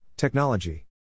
Technology